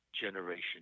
generation